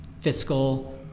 fiscal